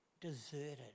deserted